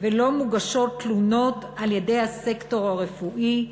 לא מוגשות תלונות על-ידי הסקטור הרפואי,